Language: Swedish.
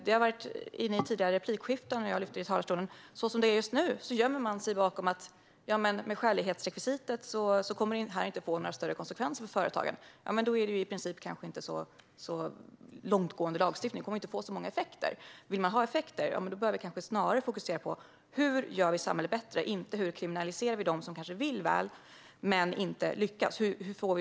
Det har sagts i tidigare replikskiften, och jag lyfte upp det i talarstolen: Som det är just nu gömmer man sig bakom "med skälighetsrekvisitet kommer detta inte att få några större konsekvenser för företagen". Men då är det i princip inte någon långtgående lagstiftning, och den kommer inte att få så många effekter. Om man vill ha effekter bör man snarare fokusera på hur vi gör samhället bättre och möter problematiken, inte på hur vi kriminaliserar dem som kanske vill väl men som inte lyckas.